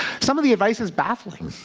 some of the advice is baffling,